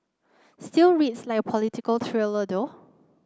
still reads like a political thriller though